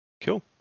Cool